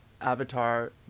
Avatar